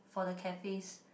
for the cafes